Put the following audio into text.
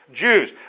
Jews